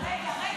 וואי, וואי.